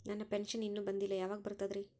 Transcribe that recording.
ನನ್ನ ಪೆನ್ಶನ್ ಇನ್ನೂ ಬಂದಿಲ್ಲ ಯಾವಾಗ ಬರ್ತದ್ರಿ?